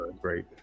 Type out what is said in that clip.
great